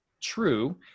True